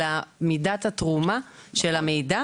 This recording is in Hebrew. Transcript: אלא מידת התרומה של המידע